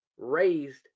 raised